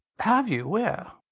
have you? where?